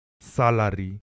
salary